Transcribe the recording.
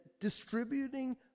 distributing